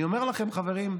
אני אומר לכם, חברים,